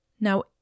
Now